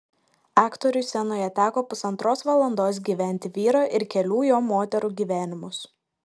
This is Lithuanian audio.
aktoriui scenoje teko pusantros valandos gyventi vyro ir kelių jo moterų gyvenimus